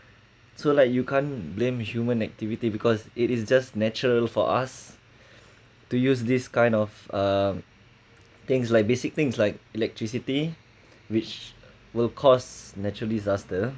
so like you can't blame human activity because it is just natural for us to use this kind of uh things like basic things like electricity which will cause natural disaster